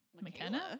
McKenna